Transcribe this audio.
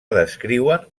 descriuen